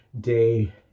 day